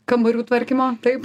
kambarių tvarkymo taip